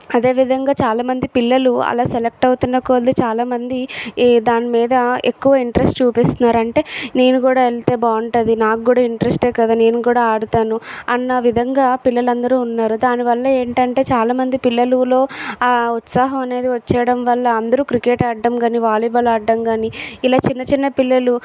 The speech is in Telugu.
అదేవిధంగా చాలామంది పిల్లలు అలా సెలెక్ట్ అవుతున్న కొలది చాలా మంది ఏ దాని మీద ఎక్కువ ఇంట్రెస్ట్ చూపిస్తున్నారు అంటే నేను కూడా వెళ్తే బాగుంటుంది నాకు కూడా ఇంట్రస్ట్ఏ కదా నేను కూడా ఆడతాను అన్న విధంగా పిల్లలందరు ఉన్నారు దానివల్ల ఏంటంటే చాలా మంది పిల్లలలో ఆ ఉత్సాహం అనేది వచ్చేయడం వల్ల అందరూ క్రికెట్ ఆడటం కానీ వాలీబాల్ ఆడడం కానీ ఇలా చిన్న చిన్న పిల్లలు